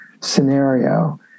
scenario